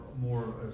more